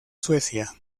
suecia